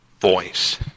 voice